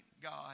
God